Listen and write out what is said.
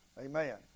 Amen